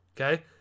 okay